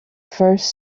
first